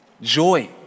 Joy